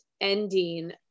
ending